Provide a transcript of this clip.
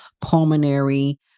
pulmonary